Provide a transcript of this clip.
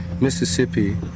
Mississippi